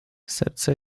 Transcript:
serce